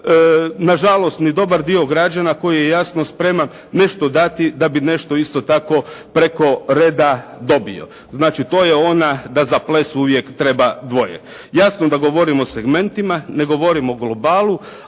na žalost ni dobar dio građana koji je jasno spreman nešto dati da bi nešto isto tako preko reda dobio. Znači to je ona da za ples uvijek treba dvoje. Jasno da govorim o segmentima, ne govorim o globalu,